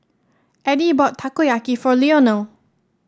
Addie bought Takoyaki for Leonel